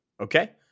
Okay